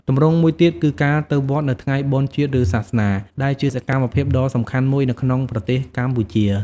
ទម្រង់មួយទៀតគឺការទៅវត្តនៅថ្ងៃបុណ្យជាតិឬសាសនា ដែលជាសកម្មភាពដ៏សំខាន់មួយនៅក្នុងប្រទេសកម្ពុជា។